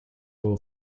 all